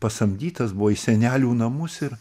pasamdytas buvo į senelių namus ir